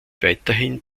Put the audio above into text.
weiterhin